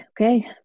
Okay